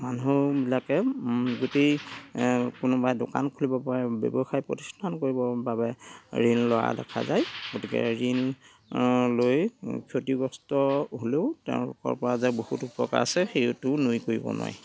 মানুহবিলাকে গোটেই কোনোবাই দোকান খুলিব পাৰে ব্য়ৱসায় প্ৰতিষ্ঠান কৰিবৰ বাবে ঋণ লোৱা দেখা যায় গতিকে ঋণ লৈ ক্ষতিগ্ৰস্ত হ'লেও তেওঁলোকৰ পৰা যে বহুত উপকাৰ আছে সেইটোও নুই কৰিব নোৱাৰি